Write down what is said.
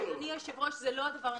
אדוני היושב ראש, זה לא הדבר הנכון.